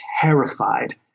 terrified